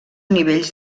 nivells